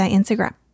Instagram